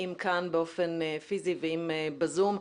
אם כאן באופן פיזי ואם ב-זום.